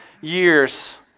years